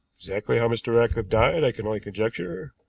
exactly how mr. ratcliffe died i can only conjecture.